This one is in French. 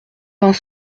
vingt